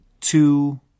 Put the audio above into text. two